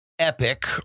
epic